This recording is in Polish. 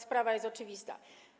Sprawa jest oczywista.